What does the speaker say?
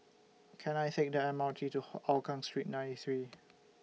Can I Take The M R T to Hougang Street ninety three